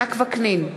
יצחק וקנין,